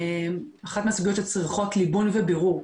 אחת מהסוגיות שצריכות ליבון ובירור.